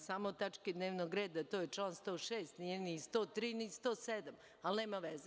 Samo o tački dnevnog reda, to je član 106, nije ni 103, ni 107, ali nema veze.